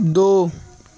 دو